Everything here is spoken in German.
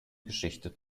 geschichte